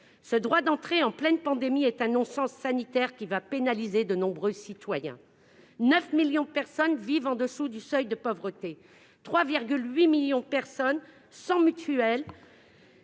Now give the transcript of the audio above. Ce droit d'entrée, en pleine pandémie, est un non-sens sanitaire, qui va pénaliser de nombreux citoyens. Aujourd'hui, 9 millions de personnes vivent au-dessous du seuil de pauvreté ; 3,8 millions de personnes sont sans mutuelle.